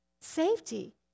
Safety